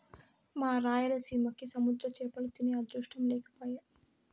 మా రాయలసీమకి సముద్ర చేపలు తినే అదృష్టం లేకపాయె